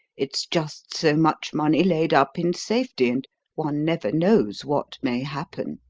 it's just so much money laid up in safety, and one never knows what may happen.